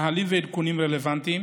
נהלים ועדכונים רלוונטיים